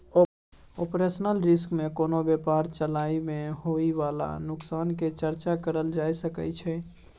operational risk में कोनो व्यापार चलाबइ में होइ बाला नोकसान के चर्चा करल जा सकइ छइ